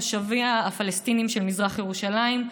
תושביה הפלסטינים של מזרח ירושלים,